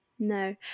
No